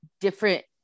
different